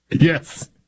Yes